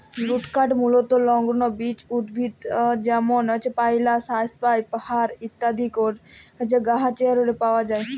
লঘুকাঠ মূলতঃ লগ্ল বিচ উদ্ভিদ যেমল পাইল, সাইপ্রাস, ফার ইত্যাদি গাহাচেরলে পাউয়া যায়